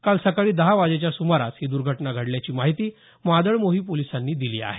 काल सकाळी दहा वाजेच्या सुमारास ही दुर्घटना घडल्याची माहिती मादळमोही पोलिसांनी दिली आहे